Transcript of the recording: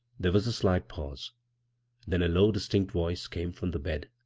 there was a slight pause then a low, dis tinct voice came from the bed.